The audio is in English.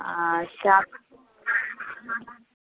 shop